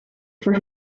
for